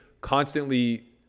constantly